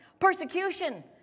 persecution